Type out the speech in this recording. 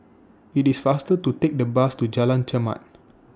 IT IS faster to Take The Bus to Jalan Chermat